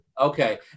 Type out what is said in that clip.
Okay